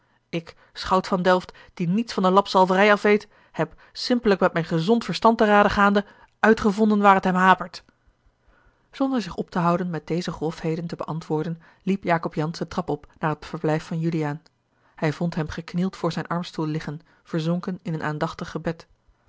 ik schout van delft die niets van de lapzalverij afweet heb simpellijk met mijn gezond verstand te rade gaande uitgevonden waar het hem hapert zonder zich op te houden met deze grofheden te beantwoorden liep jacob jansz de trap op naar het verblijf van juliaan hij vond hem geknield voor zijn armstoel liggen verzonken in een aandachtig gebed